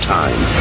time